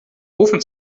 rufen